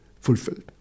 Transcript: fulfilled